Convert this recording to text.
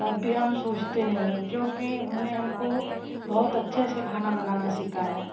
तब भी हम सोचते नहीं है क्योंकि उनने हमको बहुत अच्छे से खाना बनाना सिखाया